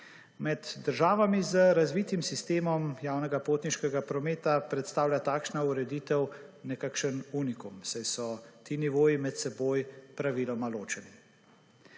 Med državami z razvitim sistemom javnega potniškega prometa predstavlja takšna ureditev nekakšen unikum, saj so ti nivoji med seboj praviloma ločeni.